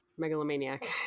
Megalomaniac